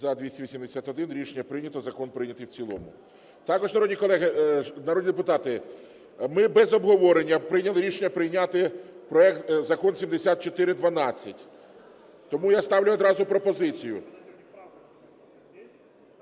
За-281 Рішення прийнято. Закон прийнятий в цілому. Також, народні депутати, ми без обговорення прийняли рішення прийняти проект Закону 7412. Тому я ставлю одразу пропозицію...